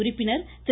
உறுப்பினர் திரு